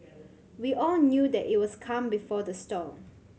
we all knew that it was the calm before the storm